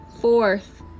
fourth